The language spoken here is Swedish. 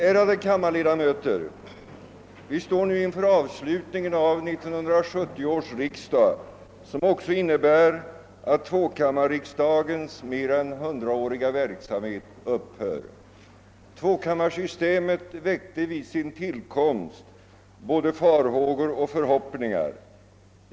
Ärade kammarledamöter! Vi står nu inför avslutningen av 1970 års riksdag, som också innebär att tvåkammarriksdagens mer än 100-åriga verksamhet upphör. Tvåkammarsystemet väckte vid sin tillkomst både farhågor och förhoppningar.